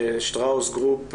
שטראוס גרופ,